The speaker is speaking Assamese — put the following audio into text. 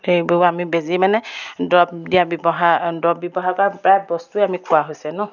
এইবোৰ আমি বেজি মানে দৰৱ দিয়া ব্যৱহাৰ দৰৱ ব্যৱহাৰ কৰা প্ৰায় বস্তুৱে আমি কোৱা হৈছে ন